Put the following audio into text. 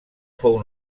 fou